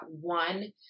one